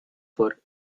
for